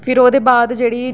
फ्ही ओह्दे बाद जेह्ड़ी